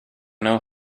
know